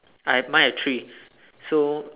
I have mine have three so